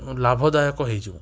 ଏବଂ ଲାଭଦାୟକ ହେଇଯିବ